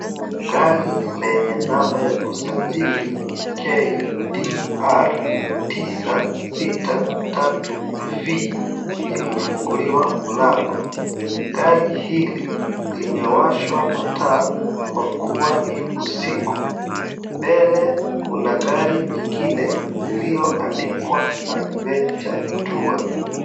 Gari lenye namba ya usajili KDR 963V, limefunguliwa mlango. Gari hili, limewashwa mataa kwa kuwa ni usiku. Mbele kuna gari lingine, lililoandikwa adventure tour .